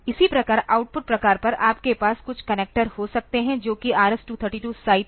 इसी प्रकार आउटपुट प्रकार पर आपके पास कुछ कनेक्टर हो सकते हैं जो कि RS232 साइट है